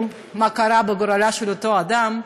מה עלה בגורלו של אותו אדם.